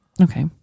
Okay